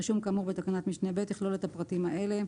רישום כאמור בתקנת משנה (ב) יכלול את הפרטים האלה: